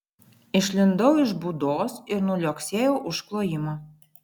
išlindau iš būdos ir nuliuoksėjau už klojimo